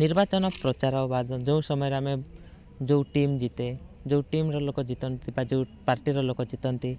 ନିର୍ବାଚନ ପ୍ରଚାର ବା ଯେଉଁ ସମୟରେ ଆମେ ଯେଉଁ ଟିମ୍ ଜିତେ ଯେଉଁ ଟିମ୍ ର ଲୋକ ଜିତନ୍ତି ବା ଯେଉଁ ପାର୍ଟିର ଲୋକ ଜିତନ୍ତି